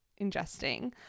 ingesting